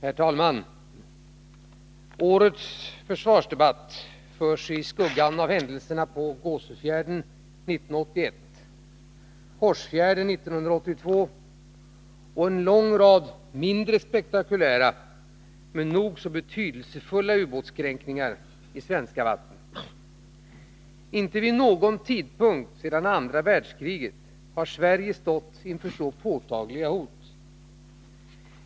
Herr talman! Årets försvarsdebatt förs i skuggan av händelserna på Gåsefjärden 1981, Hårsfjärden 1982 och en lång rad mindre spektakulära, men nog så betydelsefulla, ubåtskränkningar i svenska vatten. Inte vid någon tidpunkt sedan andra världskriget har Sverige stått inför så påtagliga hot.